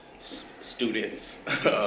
students